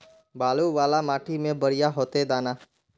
बालू वाला माटी में बढ़िया होते दाना?